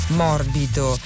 morbido